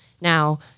now